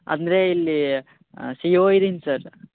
ಅಂದರೆ ಇಲ್ಲಿ C O ಇದೀನಿ ಸರ್